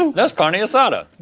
and that's carne asada.